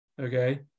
okay